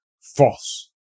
false